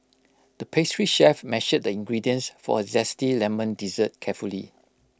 the pastry chef measured the ingredients for A Zesty Lemon Dessert carefully